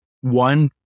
One